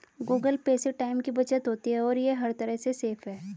Google Pay से time की बचत होती है और ये हर तरह से सेफ है